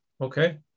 okay